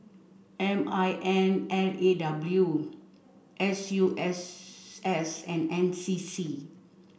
M I N L A W S U S S and N C C